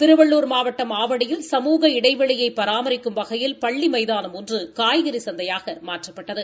திருவள்ளூர் மாவட்டம் ஆவடியில் சமூக இடைவெளியை பராமிக்கும் வகையில் பள்ளி மைதானம் ஒன்று காய்கறி சந்தையாக மாற்றப்பட்டது